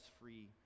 free